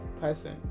person